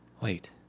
Wait